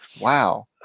wow